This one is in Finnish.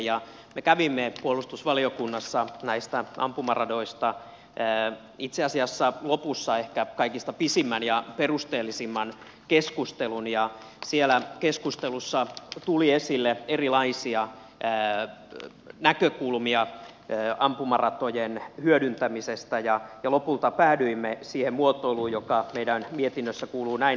me kävimme puolustusvaliokunnassa näistä ampumaradoista itse asiassa lopussa ehkä kaikista pisimmän ja perusteellisimman keskustelun ja siellä keskustelussa tuli esille erilaisia näkökulmia ampumaratojen hyödyntämisestä ja lopulta päädyimme siihen muotoiluun joka meidän mietinnössä kuuluu näin